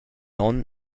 onn